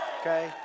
Okay